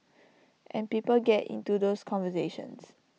and people get into those conversations